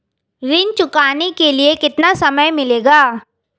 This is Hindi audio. ऋण चुकाने के लिए कितना समय मिलेगा?